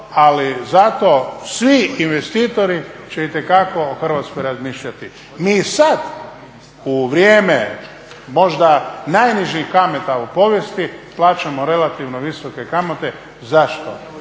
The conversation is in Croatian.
Ali zato svi investitori će itekako o Hrvatskoj razmišljati. Mi i sad u vrijeme možda najnižih kamata u povijesti plaćamo relativno visoke kamate. Zašto?